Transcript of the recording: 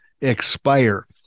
expire